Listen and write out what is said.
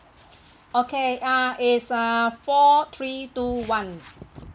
okay uh it's uh four three two one